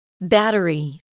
Battery